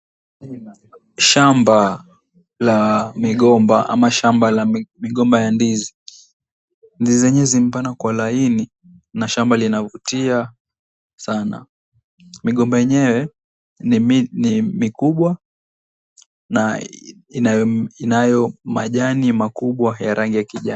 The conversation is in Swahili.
Shamba la migomba ama shamba la migomba ya ndizi. Ndizi zenyewe zimepangwa kwa laini na shamba linavutia sana. Migomba yenyewe ni mikubwa na inayo majani makubwa ya rangi ya kijani.